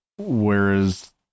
Whereas